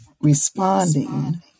responding